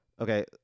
Okay